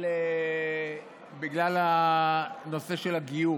בגלל הנושא של הגיור.